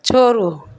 छोड़ू